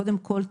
קודם כל,